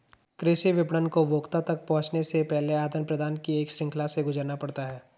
कृषि विपणन को उपभोक्ता तक पहुँचने से पहले आदान प्रदान की एक श्रृंखला से गुजरना पड़ता है